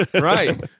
Right